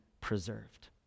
preserved